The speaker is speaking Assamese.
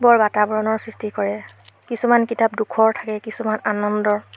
বৰ বাতাৱৰণৰ সৃষ্টি কৰে কিছুমান কিতাপ দুখৰ থাকে কিছুমান আনন্দৰ